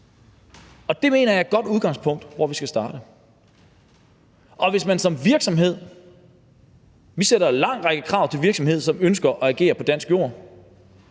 og det mener jeg er godt udgangspunkt for, hvor vi skal starte. Vi sætter en lang række krav til virksomheder, som ønsker at agere på dansk jord,